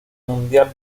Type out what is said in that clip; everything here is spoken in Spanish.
mundial